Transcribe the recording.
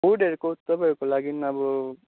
फुडहरूको तपाईँहरूको लागि अब